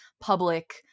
public